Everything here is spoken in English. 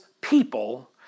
people